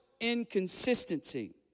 inconsistency